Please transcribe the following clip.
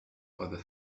other